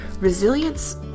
resilience